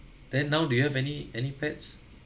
then now do you have any any pets